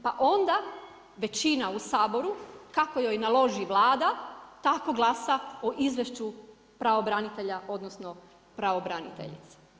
Pa onda većina u Saboru, kako joj naloži Vlada, tako glasa o izvješću pravobranitelja, odnosno, pravobraniteljice.